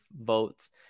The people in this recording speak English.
votes